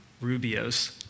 Rubio's